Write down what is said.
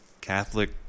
Catholic